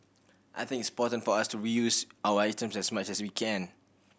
I think it's important for us to reuse our items as much as we can